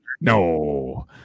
No